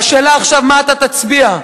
והשאלה עכשיו מה אתה תצביע.